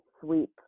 sweep